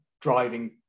driving